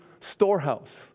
storehouse